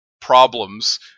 problems